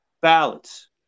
ballots